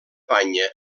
banya